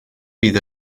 fydd